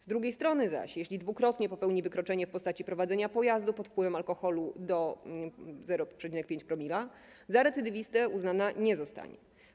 Z drugiej strony zaś, jeśli dwukrotnie popełni wykroczenie w postaci prowadzenia pojazdu pod wpływem alkoholu do 0,5 promila, za recydywistę uznana nie zostanie.